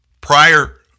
prior